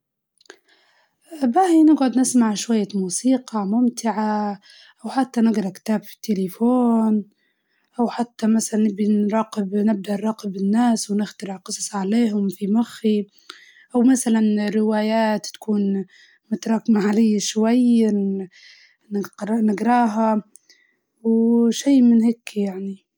باهيي نجدر نجعد نسمع شوية موسيقى، ولا بودكاست ممتع، ولا حتى نقرأ كتاب في التليفون، كان ما في حاجة نشوف الناس ونخترع قصص عليهم في مخي وكيف حياتهم و شنو أخبارهم؟